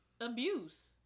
abuse